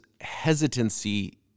hesitancy